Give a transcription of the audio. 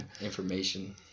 information